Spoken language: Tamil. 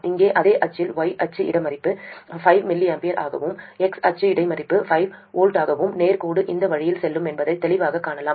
இங்கே அதே அச்சில் y அச்சு இடைமறிப்பு 5 mA ஆகவும் x அச்சு இடைமறிப்பு 5 V ஆகவும் நேர் கோடு அந்த வழியில் செல்லும் என்பதையும் தெளிவாகக் காணலாம்